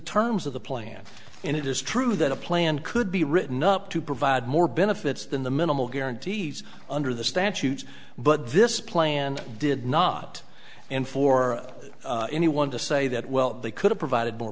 terms of the plan and it is true that a plan could be written up to provide more benefits than the minimal guarantees under the statute but this plan did not and for anyone to say that well they could have provided more